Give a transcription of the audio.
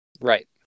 Right